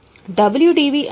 ఇప్పుడు WDV అంటే ఏమిటి